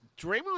Draymond